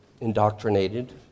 indoctrinated